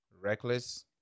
reckless